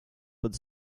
but